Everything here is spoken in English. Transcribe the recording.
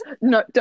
No